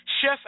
Chef